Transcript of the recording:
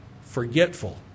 forgetful